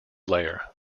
layer